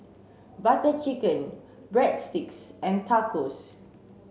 Butter Chicken Breadsticks and Tacos